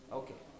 okay